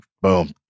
Boom